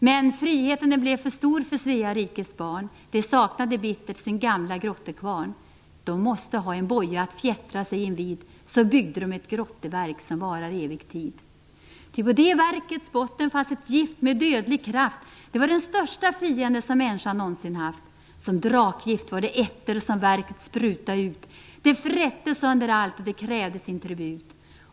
Men friheten den blev för stor för Svea rikes barn, de saknade bittert sin gamla grottekvarn, de måste ha en boja att fjättra sig invid, så byggde de ett grotteverk som varar evig tid. Ty på det verkets botten fanns ett gift med dödlig kraft, det var den största fiende som mänskan nånsin haft, som drakgift var det etter som verket spruta ut, det frätte sönder allt och det krävde sin tribut.